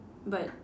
but